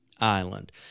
island